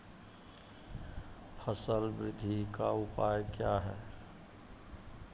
फसल बृद्धि का उपाय क्या हैं?